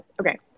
Okay